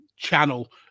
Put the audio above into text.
channel